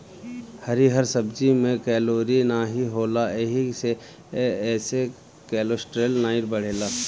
हरिहर सब्जी में कैलोरी नाही होला एही से एसे कोलेस्ट्राल नाई बढ़ेला